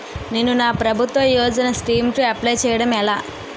నేను నా ప్రభుత్వ యోజన స్కీం కు అప్లై చేయడం ఎలా?